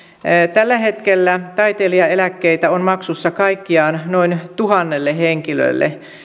tällä hetkellä taiteilijaeläkkeitä on maksussa kaikkiaan noin tuhannelle henkilölle